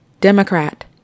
Democrat